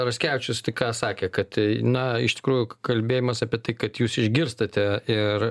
raskevičius tik ką sakė kad na iš tikrųjų kalbėjimas apie tai kad jūs išgirstate ir